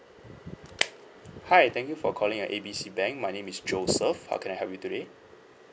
hi thank you for calling uh A B C bank my name is joseph how can I help you today